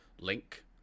link